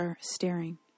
staring